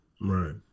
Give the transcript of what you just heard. right